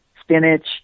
spinach